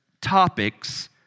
topics